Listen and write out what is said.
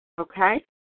Okay